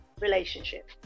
relationship